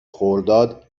خرداد